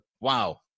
wow